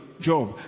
job